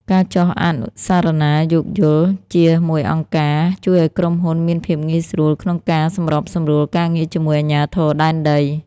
ការចុះអនុស្សរណៈយោគយល់ជាមួយអង្គការ ជួយឱ្យក្រុមហ៊ុនមានភាពងាយស្រួលក្នុងការសម្របសម្រួលការងារជាមួយអាជ្ញាធរដែនដី។